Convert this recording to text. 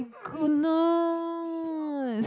goodness